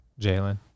Jalen